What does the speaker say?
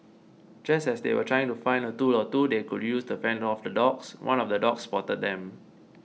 just as they were trying to find a tool or two they could use to fend off the dogs one of the dogs spotted them